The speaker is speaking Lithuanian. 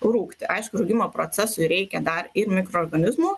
rūgti aišku rūgimo procesui reikia dar ir mikroorganizmų